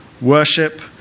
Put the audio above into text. Worship